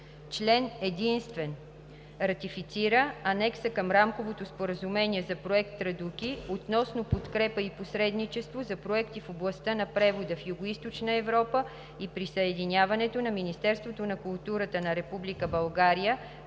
Законопроект за ратифициране на Анекс към Рамковото споразумение за Проект „Традуки“ относно подкрепа и посредничество за проекти в областта на превода в Югоизточна Европа и присъединяването на Министерството на културата на